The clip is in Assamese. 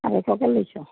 আঢ়ৈশকৈ লৈছ'